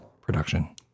production